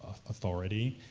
authority,